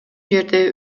жерде